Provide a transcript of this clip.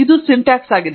ಇದು ಸಿಂಟ್ಯಾಕ್ಸ್ ಆಗಿದೆ